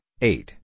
eight